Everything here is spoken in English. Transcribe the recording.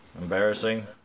Embarrassing